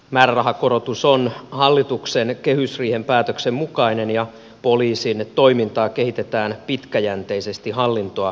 määrärahakorotus on hallituksen kehysriihen päätöksen mukainen ja poliisin toimintaa kehitetään pitkäjänteisesti hallintoa keventämällä